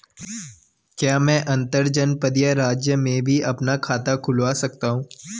क्या मैं अंतर्जनपदीय राज्य में भी अपना खाता खुलवा सकता हूँ?